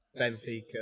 Benfica